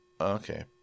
Okay